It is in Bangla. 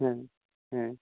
হ্যাঁ হ্যাঁ